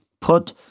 put